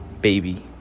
baby